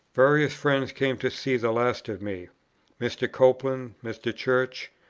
various friends came to see the last of me mr. copeland, mr. church,